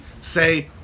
Say